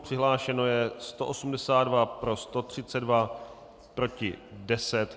Přihlášeno je 182, pro 132, proti 10.